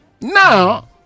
Now